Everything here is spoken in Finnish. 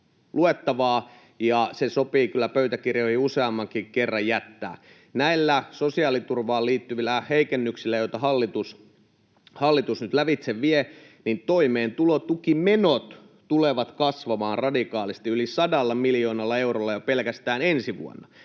se sopii kyllä pöytäkirjoihin useammankin kerran jättää. Näillä sosiaaliturvaan liittyvillä heikennyksillä, joita hallitus nyt lävitse vie, toimeentulotukimenot tulevat kasvamaan radikaalisti, yli 100 miljoonalla eurolla, jo pelkästään ensi vuonna.